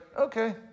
okay